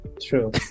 True